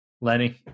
Lenny